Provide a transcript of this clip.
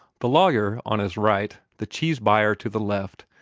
the lawyer on his right, the cheese-buyer to the left,